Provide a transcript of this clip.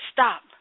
Stop